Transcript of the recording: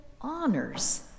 honors